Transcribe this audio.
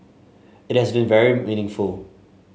it has been very meaningful